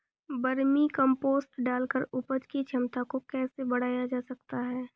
Vermi compost डालकर उपज की क्षमता को कैसे बढ़ाया जा सकता है?